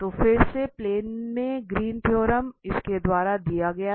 तो फिर से प्लेन में ग्रीन थ्योरम इसके द्वारा दिया गया था